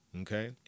okay